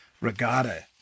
regatta